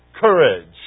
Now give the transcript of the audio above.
courage